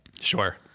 Sure